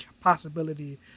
possibility